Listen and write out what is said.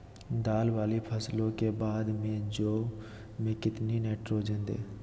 दाल वाली फसलों के बाद में जौ में कितनी नाइट्रोजन दें?